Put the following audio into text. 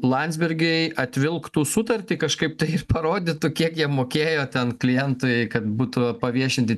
landsbergiai atvilktų sutartį kažkaip tai ir parodytų kiek jie mokėjo ten klientui kad būtų paviešinti